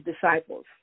disciples